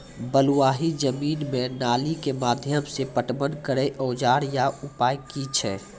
बलूआही जमीन मे नाली के माध्यम से पटवन करै औजार या उपाय की छै?